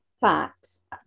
facts